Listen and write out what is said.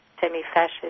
semi-fascist